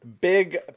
Big